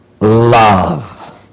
love